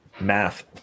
Math